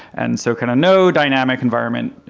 and so kind of no dynamic environment,